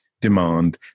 demand